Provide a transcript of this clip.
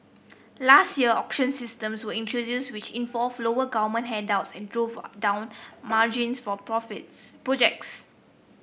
last year auction systems were introduced which involved lower government handouts and drove down margins for profits projects